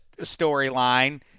storyline